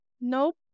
Nope